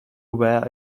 wear